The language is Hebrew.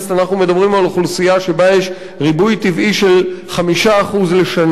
אנחנו מדברים על אוכלוסייה שבה יש ריבוי טבעי של 5% לשנה.